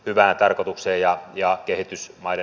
hyvää tarkoitukseen ja ja yritys vai